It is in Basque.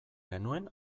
genuen